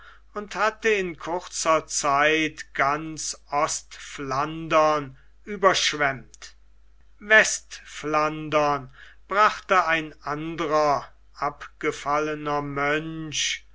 und hatte in kurzer zeit ganz ostflandern überschwemmt westflandern brachte ein anderer abgefallener mönch